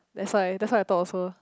that's why that's why I talk also